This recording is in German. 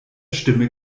stimme